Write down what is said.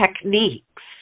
techniques